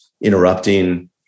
interrupting